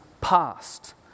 past